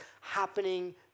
happening